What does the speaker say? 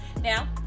now